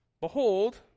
behold